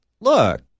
look